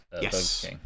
yes